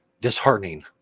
disheartening